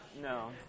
No